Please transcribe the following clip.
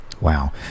wow